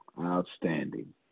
Outstanding